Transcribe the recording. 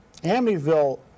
Amityville